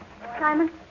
Simon